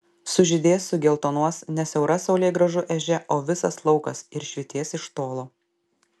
sužydės sugeltonuos ne siaura saulėgrąžų ežia o visas laukas ir švytės iš tolo